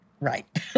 Right